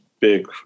big